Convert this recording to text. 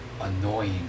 annoying